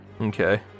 Okay